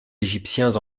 égyptiens